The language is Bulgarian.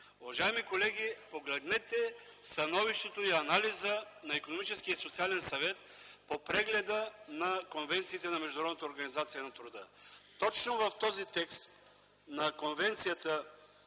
Уважаеми колеги, погледнете становището и анализа на Икономическия и социален съвет по прегледа на конвенциите на Международната организация на труда. Точно в този текст на Конвенция